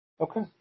Okay